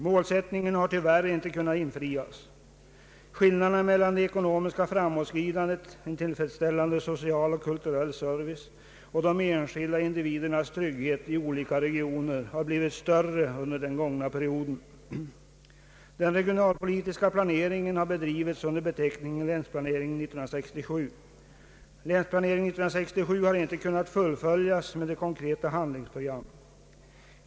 Målsättningen har tyvärr inte kunnat infrias. Skillnaderna mellan det ekonomiska framåtskridandet, en tillfredsställande social och kulturell service och de enskilda individernas trygghet i olika regioner har blivit större under den gångna perioden. Den = regionalpolitiska planeringen har bedrivits under beteckningen Länsplanering 1967. Den har inte kunnat fullföljas med konkreta handlingsprogram.